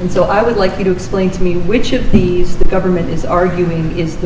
and so i would like you to explain to me which of these the government is arguing is the